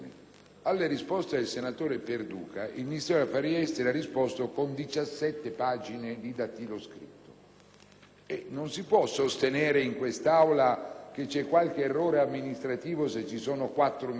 Non si può sostenere in quest'Aula che vi è stato un errore amministrativo se ci sono quattro militari a Cipro, perché si dice il falso. Non solo, ma è a verbale dei lavori della Commissione la risposta